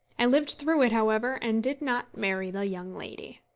i lived through it, however, and did not marry the young lady.